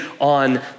on